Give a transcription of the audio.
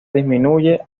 disminuye